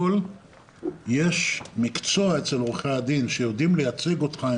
יש מקצוע אצל עורכי הדין שיודעים לייצג אותך,